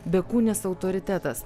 bekūnis autoritetas